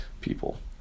people